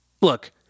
look